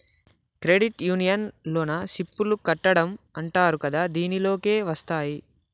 credit union లోన సిప్ లు కట్టడం అంటరు కదా దీనిలోకే వస్తాయ్